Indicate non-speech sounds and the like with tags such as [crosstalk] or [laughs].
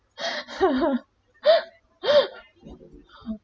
[laughs]